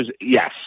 yes